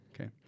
okay